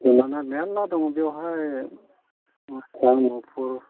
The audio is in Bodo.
जुनारा मेल्ला दङ बेयावहाय मोसा मुफुर